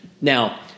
Now